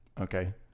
Okay